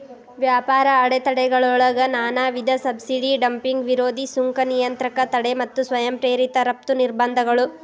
ವ್ಯಾಪಾರ ಅಡೆತಡೆಗಳೊಳಗ ನಾಕ್ ವಿಧ ಸಬ್ಸಿಡಿ ಡಂಪಿಂಗ್ ವಿರೋಧಿ ಸುಂಕ ನಿಯಂತ್ರಕ ತಡೆ ಮತ್ತ ಸ್ವಯಂ ಪ್ರೇರಿತ ರಫ್ತು ನಿರ್ಬಂಧಗಳು